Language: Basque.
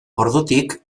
ordutik